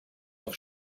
auf